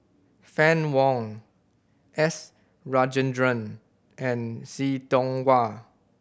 Fann Wong S Rajendran and See Tiong Wah